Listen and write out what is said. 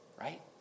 right